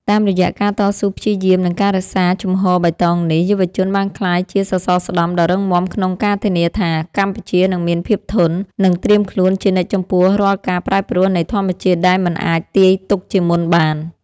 តាមរយៈការតស៊ូព្យាយាម និងការរក្សាជំហរបៃតងនេះ យុវជនបានក្លាយជាសសរស្តម្ភដ៏រឹងមាំក្នុងការធានាថា កម្ពុជានឹងមានភាពធន់ និងត្រៀមខ្លួនជានិច្ចចំពោះរាល់ការប្រែប្រួលនៃធម្មជាតិដែលមិនអាចទាយទុកជាមុនបាន។